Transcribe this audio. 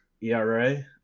ERA